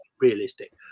realistic